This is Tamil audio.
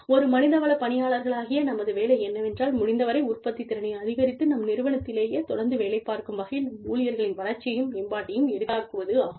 ஒரு மனித வளப் பணியாளர்களாகிய நமது வேலை என்னவென்றால் முடிந்தவரை உற்பத்தித் திறனை அதிகரித்து நம் நிறுவனத்திலேயே தொடர்ந்து வேலைப் பார்க்கும் வகையில் நம் ஊழியர்களின் வளர்ச்சியையும் மேம்பாட்டையும் எளிதாக்குவதாகும்